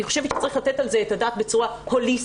אני חושבת שצריך לתת על זה את הדעת בצורה הוליסטית.